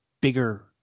bigger